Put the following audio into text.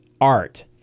art